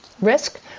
risk